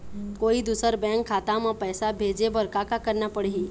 कोई दूसर बैंक खाता म पैसा भेजे बर का का करना पड़ही?